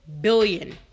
billion